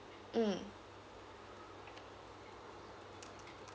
mm